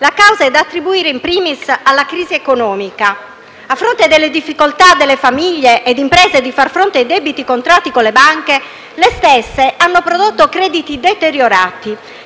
La causa è da attribuire *in primis* alla crisi economica. A fronte delle difficoltà delle famiglie e delle imprese a far fronte ai debiti contratti con le banche, le stesse hanno prodotto crediti deteriorati,